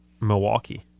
Milwaukee